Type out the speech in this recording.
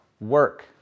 work